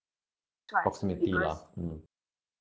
proximity lah mm